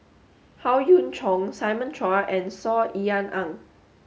Howe Yoon Chong Simon Chua and Saw Ean Ang